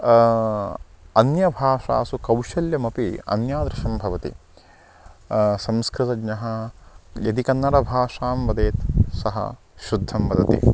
अन्यभाषासु कौशल्यमपि अन्यादृशं भवति संस्कृतज्ञः यदि कन्नडभाषां वदेत् सः शुद्धं वदति